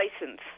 license